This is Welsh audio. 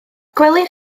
gwelir